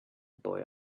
boy